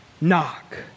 Knock